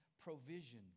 provision